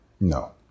No